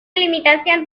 limitación